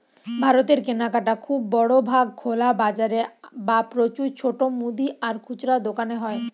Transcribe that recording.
ভারতের কেনাকাটা খুব বড় ভাগ খোলা বাজারে বা প্রচুর ছোট মুদি আর খুচরা দোকানে হয়